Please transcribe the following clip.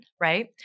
right